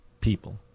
people